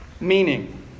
meaning